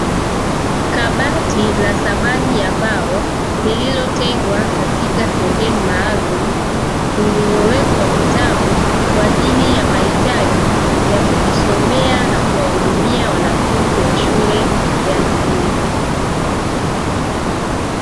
Kabati la samani ya mbao lililotengwa katika sehemu maalumu, lililowekwa vitabu kwa ajili ya mahitaji ya kujisomea na ya kuwahudumia wanafunzi wa shule ya msingi.